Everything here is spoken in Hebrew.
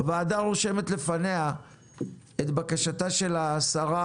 הוועדה רושמת לפניה את בקשתה של השרה